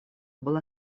была